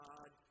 God